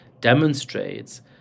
demonstrates